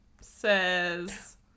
says